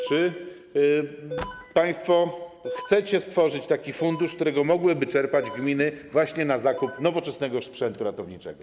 Czy państwo chcecie stworzyć taki fundusz, z którego gminy mogłyby czerpać właśnie na zakup nowoczesnego sprzętu ratowniczego?